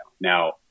Now